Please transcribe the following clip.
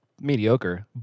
Mediocre